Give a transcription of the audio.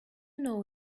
know